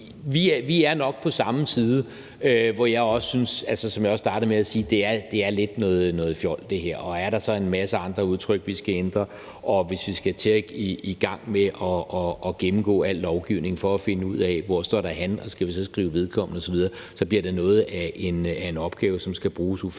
Vi er nok på samme side, og som jeg også startede med at sige, synes jeg, at det her lidt er noget fjol. Er der så også en masse andre udtryk, vi skal ændre? Og hvis vi skal i gang med at gennemgå al lovgivning for at finde ud af, hvor der står »han« og overveje, om vi så skal skrive »vedkommende« osv., så bliver det noget af en opgave, som der skal bruges ufattelige